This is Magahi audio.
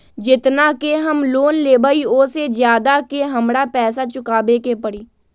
जेतना के हम लोन लेबई ओ से ज्यादा के हमरा पैसा चुकाबे के परी?